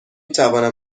توانم